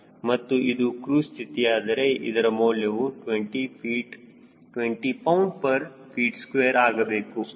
465 ಆಗುತ್ತದೆ ಮತ್ತು ಇದು ಕ್ರೂಜ್ ಸ್ಥಿತಿಯಾದರೆ ಇದರ ಮೌಲ್ಯವು 20 lbft2 ಆಗಬೇಕು